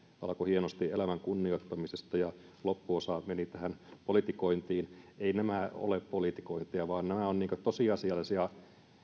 alkoi hienosti elämän kunnioittamisesta ja loppuosa meni tähän politikointiin eivät nämä ole politikointia vaan nämä ovat tosiasiallisia